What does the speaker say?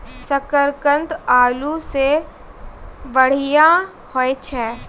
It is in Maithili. शकरकंद आलू सें बढ़िया होय छै